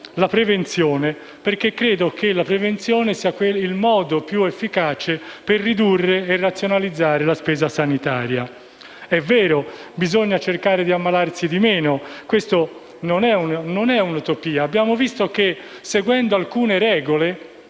prevenzione. Credo infatti che sia il modo più efficace per ridurre e razionalizzare la spesa sanitaria. È vero, bisogna cercare di ammalarsi di meno, questa non è un'utopia. Abbiamo visto che seguendo alcune regole